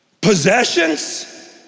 Possessions